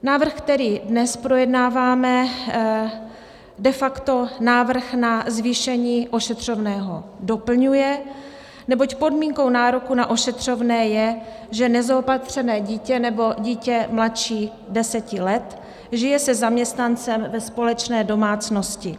Návrh, který dnes projednáváme, de facto návrh na zvýšení ošetřovného doplňuje, neboť podmínkou nároku na ošetřovné je, že nezaopatřené dítě nebo dítě mladší 10 let žije se zaměstnancem ve společné domácnosti.